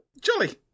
Jolly